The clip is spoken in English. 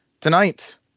Tonight